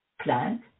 plant